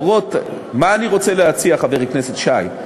מה אני רוצה להציע, חבר הכנסת שי?